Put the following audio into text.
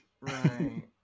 right